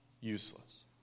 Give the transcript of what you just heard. useless